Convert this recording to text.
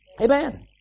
Amen